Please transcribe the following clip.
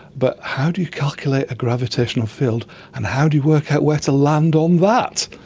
but how do you calculate a gravitational field and how do you work out where to land on that?